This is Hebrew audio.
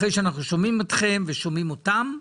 אחרי שאנחנו שומעים אתכם ושומעים אותם,